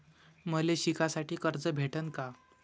मले शिकासाठी कर्ज भेटन का?